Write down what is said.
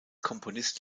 komponist